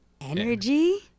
energy